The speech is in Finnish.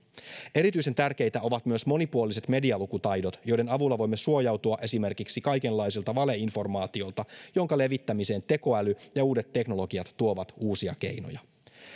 erityisen tärkeitä ovat myös monipuoliset medialukutaidot joiden avulla voimme suojautua esimerkiksi kaikenlaiselta valeinformaatiolta jonka levittämiseen tekoäly ja uudet teknologiat tuovat uusia keinoja